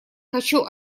хочу